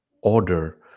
order